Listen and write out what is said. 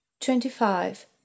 twenty-five